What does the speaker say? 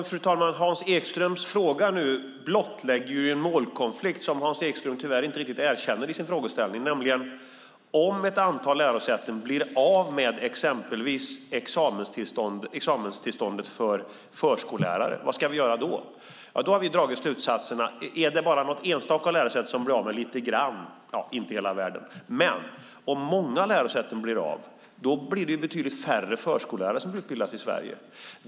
Fru talman! Hans Ekströms fråga nu blottlägger en målkonflikt som Hans Ekström tyvärr inte riktigt erkänner i sin frågeställning, nämligen om ett antal lärosäten blir av med exempelvis examenstillståndet för förskollärare. Vad ska vi göra då? Då har vi dragit slutsatsen att om det bara är något enstaka lärosäte som blir av med lite grann är det inte hela världen, men om många lärosäten blir av med sitt tillstånd blir det ju betydligt färre förskollärare som utbildas i Sverige.